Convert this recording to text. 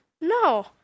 No